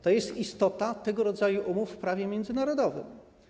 To jest istota tego rodzaju umów w prawie międzynarodowym.